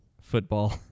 football